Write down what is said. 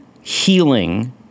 healing